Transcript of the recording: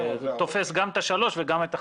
זה תופס גם את השלוש וגם את החמש.